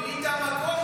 מילאת מקום,